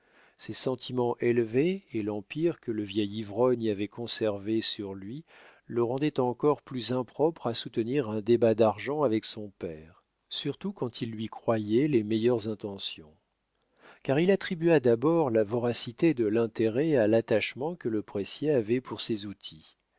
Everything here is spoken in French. ses sentiments élevés et l'empire que le vieil ivrogne avait conservé sur lui le rendaient encore plus impropre à soutenir un débat d'argent avec son père surtout quand il lui croyait les meilleures intentions car il attribua d'abord la voracité de l'intérêt à l'attachement que le pressier avait pour ses outils